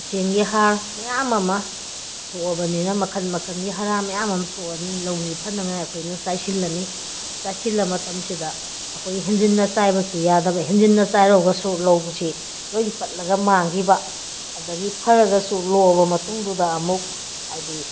ꯈꯨꯠꯁꯦꯝꯒꯤ ꯍꯥꯔ ꯃꯌꯥꯝ ꯑꯃ ꯊꯣꯛꯑꯕꯅꯤꯅ ꯃꯈꯟ ꯃꯈꯟꯒꯤ ꯍꯔꯥ ꯃꯌꯥꯝ ꯑꯃ ꯊꯣꯛꯑꯕꯅꯤꯅ ꯂꯧꯁꯤ ꯐꯅꯤꯉꯥꯏ ꯑꯩꯈꯣꯏꯅ ꯆꯥꯏꯁꯤꯜꯂꯅꯤ ꯆꯥꯏꯁꯤꯜꯂ ꯃꯇꯝꯁꯤꯗ ꯑꯩꯈꯣꯏ ꯍꯦꯟꯖꯤꯟꯅ ꯆꯥꯏꯕꯁꯨ ꯌꯥꯗꯕ ꯍꯦꯟꯖꯤꯟꯅ ꯆꯥꯏꯔꯨꯔꯒꯁꯨ ꯂꯧꯁꯤ ꯂꯣꯏꯅ ꯄꯠꯂꯒ ꯃꯥꯡꯈꯤꯕ ꯑꯗꯒꯤ ꯐꯔꯒꯁꯨ ꯂꯣꯛꯑꯕ ꯃꯇꯨꯡꯗꯨꯗ ꯑꯃꯨꯛ ꯍꯥꯏꯗꯤ